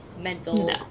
mental